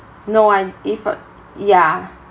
no one if uh yeah